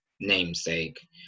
namesake